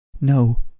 No